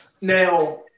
Now